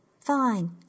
Fine